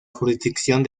jurisdicción